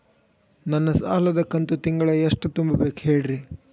ನನ್ನ ಸಾಲದ ಕಂತು ತಿಂಗಳ ಎಷ್ಟ ತುಂಬಬೇಕು ಹೇಳ್ರಿ?